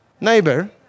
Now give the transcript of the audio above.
neighbor